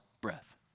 breath